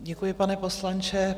Děkuji, pane poslanče.